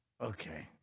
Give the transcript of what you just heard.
Okay